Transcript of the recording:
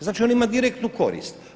Znači on ima direktnu korist.